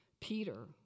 Peter